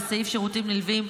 בסעיף שירותים נלווים,